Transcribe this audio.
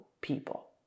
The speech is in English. people